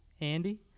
Andy